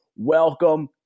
Welcome